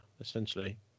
essentially